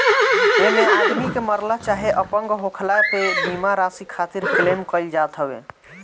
एमे आदमी के मरला चाहे अपंग होखला पे बीमा राशि खातिर क्लेम कईल जात हवे